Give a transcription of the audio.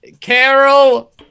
Carol